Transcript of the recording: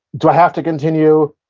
do i have to continue?